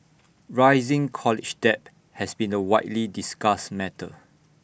rising college debt has been A widely discussed matter